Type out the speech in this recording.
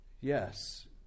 Yes